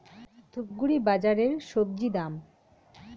ধূপগুড়ি বাজারের স্বজি দাম?